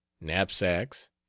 knapsacks